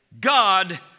God